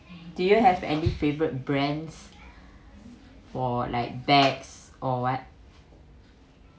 do you have any favorite brands for like bags or what